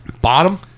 bottom